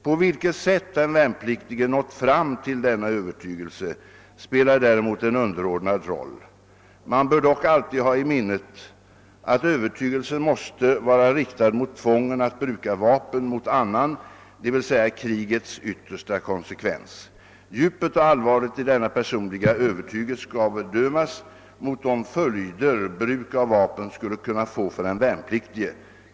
På vilket sätt den värnpliktige nått fram till denna övertygelse spelar däremot en underordnad roll. Man bör dock alltid ha i minnet att övertygelsen måste vara riktad mot tvånget att bruka vapen mot annan, dvs. krigets yttersta konsekvens. Djupet och allvaret i denna personliga övertygelse skall bedömas mot de följder bruk av vapen skulle kunna få för den värnpliktige.